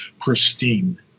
pristine